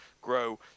grow